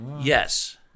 yes